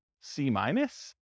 C-minus